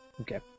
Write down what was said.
Okay